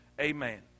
Amen